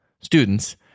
students